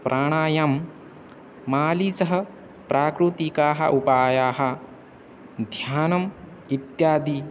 प्राणायामं मालिसः प्राकृतिकाः उपायाः ध्यानम् इत्यादि